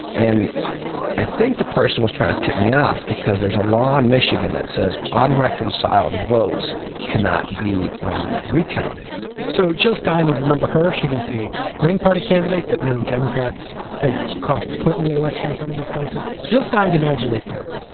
and i think the person was trying to tip me off because there's a law in michigan that says unreconciled votes cannot be recounted so jill stein, you remember her. she was the green party candidate that many democrats think cost clinton the election in some of these places. jill stein demands a recount.